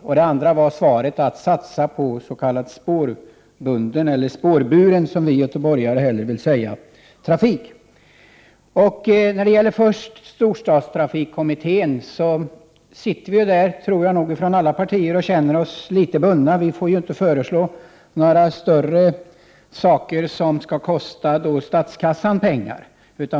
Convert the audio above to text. För det andra gäller det satsningen på spårbunden — eller spårburen, som vi göteborgare hellre vill säga — trafik. Först något om storstadstrafikkommittén. Från alla partiers sida känner man sig litet bunden. Vi får nämligen inte föreslå några större saker som kostar statskassan pengar.